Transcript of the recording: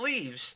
Leaves